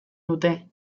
dute